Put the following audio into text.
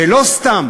ולא סתם